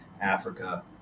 Africa